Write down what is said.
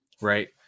Right